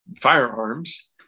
firearms